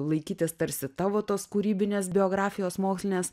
laikytis tarsi tavo tos kūrybinės biografijos mokslinės